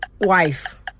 Wife